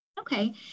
Okay